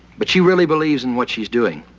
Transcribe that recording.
but she really believes in what she's doing,